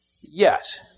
Yes